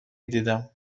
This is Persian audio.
دیدم